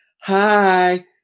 hi